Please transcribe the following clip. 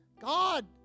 God